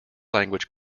language